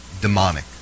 demonic